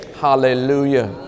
Hallelujah